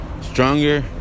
Stronger